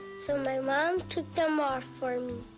so my mom took them off for me.